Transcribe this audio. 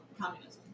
Communism